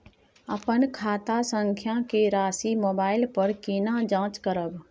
अपन खाता संख्या के राशि मोबाइल पर केना जाँच करब?